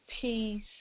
peace